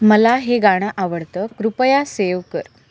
मला हे गाणं आवडतं कृपया सेव कर